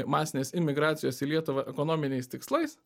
masinės imigracijos į lietuvą ekonominiais tikslais